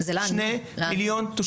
לא אנחנו.